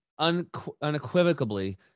unequivocably